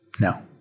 no